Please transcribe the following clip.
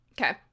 Okay